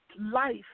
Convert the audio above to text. life